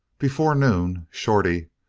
before noon shorty,